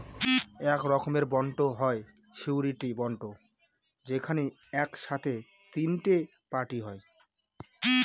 এক রকমের বন্ড হয় সিওরীটি বন্ড যেখানে এক সাথে তিনটে পার্টি হয়